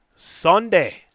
Sunday